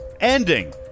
ending